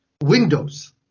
windows